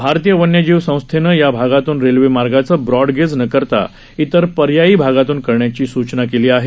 भारतीय वन्यजीव संस्थेने या भागातून रेल्वे मार्गाचे ब्रॉडगेज न करता इतर पर्यायी भागातून करण्याची सुचना केली आहे